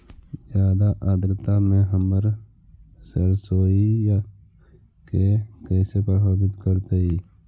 जादा आद्रता में हमर सरसोईय के कैसे प्रभावित करतई?